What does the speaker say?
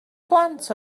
blant